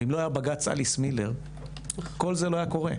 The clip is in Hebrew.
ואם לא היה בג"צ אליס מילר, כל זה לא היה קורה,